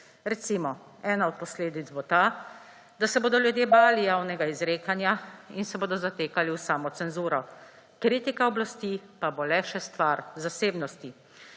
Recimo, ena od posledic bo ta, da se bodo ljudje bali javnega izrekanja in se bodo zatekali v samocenzuro, kritika oblasti pa bo le še stvar zasebnosti.